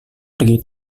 pergi